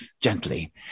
gently